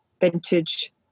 vintage